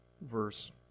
verse